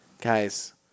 Guys